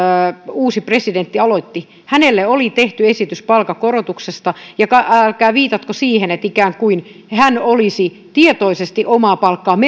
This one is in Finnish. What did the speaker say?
uusi presidentti aloitti hänelle oli tehty esitys palkankorotuksesta älkää viitatko siihen että hän ikään kuin olisi tietoisesti omaa palkkaansa